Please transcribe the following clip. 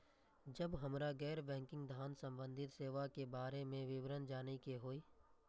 जब हमरा गैर बैंकिंग धान संबंधी सेवा के बारे में विवरण जानय के होय?